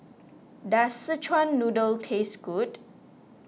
does Szechuan Noodle taste good